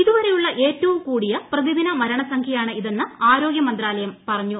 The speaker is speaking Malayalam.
ഇതുവരെയുള്ള ഏറ്റവും കൂടിയ പ്രതിദിന മരണസംഖ്യയാണ് ഇതെന്ന് ആരോഗ്യമന്ത്രാലയം പറഞ്ഞു